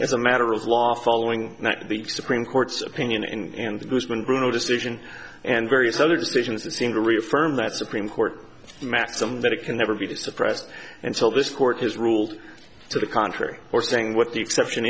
as a matter of law following the supreme court's opinion in goostman brunow decision and various other decisions that seem to reaffirm that supreme court maxim that it can never be suppressed until this court has ruled to the contrary or saying with the exception